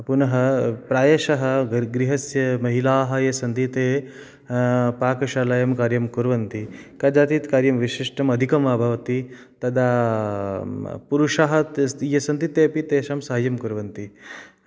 पुनः प्रायशः गृहस्य महिलाः याः सन्ति ताः पाकशालायां कार्यं कुर्वन्ति कदाचित् कार्यं विशिष्टम् अधिकं भवति तदा पुरुषाः ये सन्ति ते अपि तासां साहाय्यं कुर्वन्ति